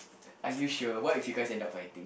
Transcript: are you sure what if you guys end up fighting